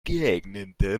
geeignete